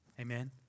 Amen